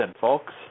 folks